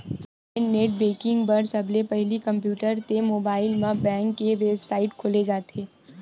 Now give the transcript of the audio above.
online net banking बर सबले पहिली कम्प्यूटर ते मोबाईल म बेंक के बेबसाइट खोले जाथे